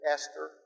Esther